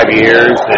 years